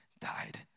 died